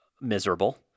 miserable